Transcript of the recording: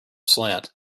slant